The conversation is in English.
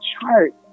chart